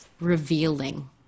Revealing